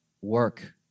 work